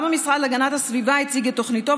גם המשרד להגנת הסביבה הציג את תוכניתו,